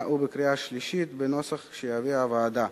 ובקריאה שלישית בנוסח שהביאה הוועדה.